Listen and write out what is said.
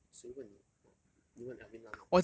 谁问你 orh 你问 alvin lam or